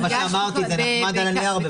כמו שאמרתי, זה נחמד על הנייר,